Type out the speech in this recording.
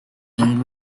drawing